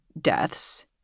deaths